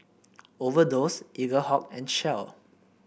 Overdose Eaglehawk and Shell